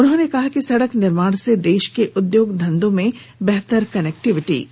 उन्होंने कहा कि सड़क निर्माण से देश के उद्योग धंधों को बेहतर कनेक्टिविटी मिलेगी